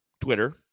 Twitter